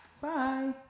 Bye